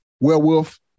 Werewolf